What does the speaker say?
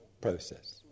process